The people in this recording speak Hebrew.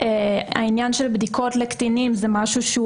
העניין של בדיקות לקטינים זה משהו שהוא